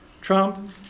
Trump